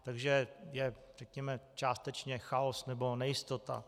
Takže je řekněme částečně chaos nebo nejistota.